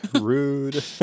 rude